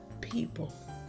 people